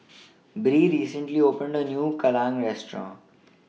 Bree recently opened A New Kalguksu Restaurant